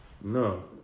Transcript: No